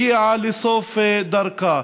הגיעה לסוף דרכה.